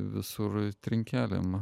visur trinkelėmis